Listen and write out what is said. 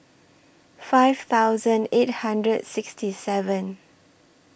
five thousand eight hundred sixty seven